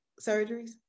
surgeries